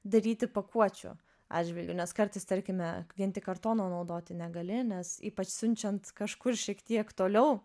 daryti pakuočių atžvilgiu nes kartais tarkime vien tik kartoną naudoti negali nes ypač siunčiant kažkur šiek tiek toliau